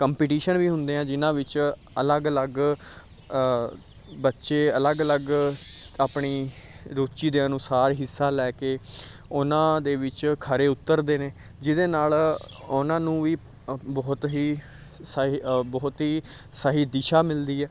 competition ਵੀ ਹੁੰਦੇ ਆ ਜਿਹਨਾਂ ਵਿੱਚ ਅਲੱਗ ਅਲੱਗ ਬੱਚੇ ਅਲੱਗ ਅਲੱਗ ਆਪਣੀ ਰੁਚੀ ਦੇ ਅਨੁਸਾਰ ਹਿੱਸਾ ਲੈ ਕੇ ਉਹਨਾਂ ਦੇ ਵਿੱਚ ਖਰੇ ਉਤਰਦੇ ਨੇ ਜਿਹਦੇ ਨਾਲ ਉਹਨਾਂ ਨੂੰ ਵੀ ਬਹੁਤ ਹੀ ਸਾਹੀ ਅ ਬਹੁਤ ਹੀ ਸਹੀ ਦਿਸ਼ਾ ਮਿਲਦੀ ਹੈ